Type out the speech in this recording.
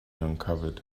uncovered